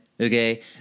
okay